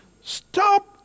Stop